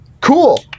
Cool